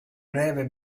breve